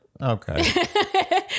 Okay